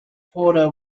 porter